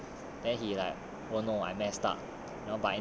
give him the tender then he like oh no messed up